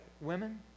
women